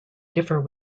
differ